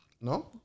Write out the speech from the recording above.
No